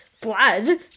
blood